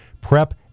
Prep